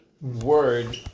word